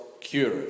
cure